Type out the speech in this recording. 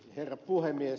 herra puhemies